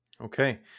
Okay